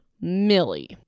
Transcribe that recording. Millie